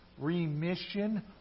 Remission